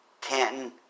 Canton